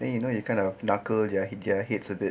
then you know you kind of knuckle jack hits a bit